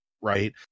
right